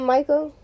Michael